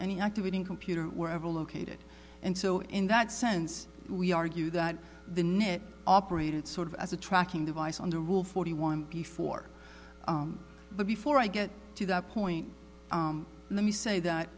any activity computer or wherever located and so in that sense we argue that the net operated sort of as a tracking device on the rule forty one before but before i get to that point let me say that